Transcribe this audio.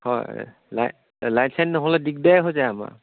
হয় লাইট চাইট নহ'লে দিগদাৰে হৈ যায় আমাৰ